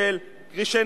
של כרישי